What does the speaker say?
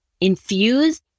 infuse